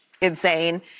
insane